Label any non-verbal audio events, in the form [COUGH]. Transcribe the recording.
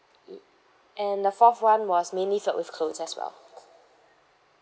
[NOISE] and the fourth one was mainly filled with clothes as well